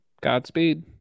Godspeed